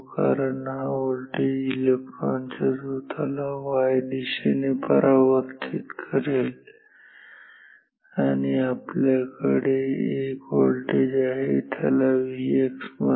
कारण हा व्होल्टेज इलेक्ट्रॉनच्या झोताला y उभ्या दिशेने परावर्तित करेल आणि यामध्ये आपल्याकडे एक व्होल्टेज आहे त्याला Vx म्हणा